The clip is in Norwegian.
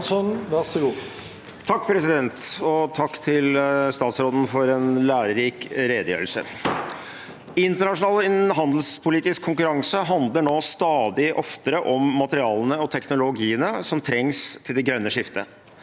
(MDG) Takk til stats- råden for en lærerik redegjørelse. Internasjonal handelspolitisk konkurranse handler nå stadig oftere om materialene og teknologiene som trengs til det grønne skiftet.